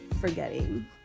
forgetting